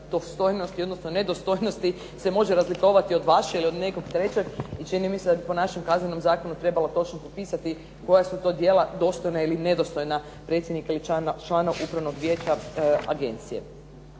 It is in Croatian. dostojnosti, odnosno nedostojnosti se može razlikovati od vaše ili od nekog trećeg i čini mi se da bi po našem kaznenom zakonu trebalo točno popisati koja su to djela dostojna ili nedostojna predsjednika ili član Upravnog vijeća agencije.